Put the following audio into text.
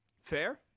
fair